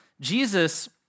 Jesus